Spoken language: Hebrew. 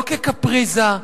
לא כקפריזה,